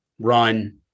run